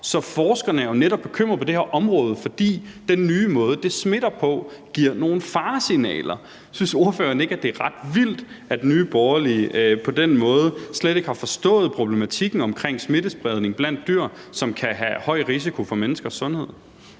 Så forskerne er jo netop bekymrede på det her område, fordi den nye måde, det smitter på, giver nogle faresignaler. Synes ordføreren ikke, at det er ret vildt, at Nye Borgerlige på den måde slet ikke har forstået problematikken omkring smittespredningen blandt dyr, som kan have en høj risiko for menneskers sundhed?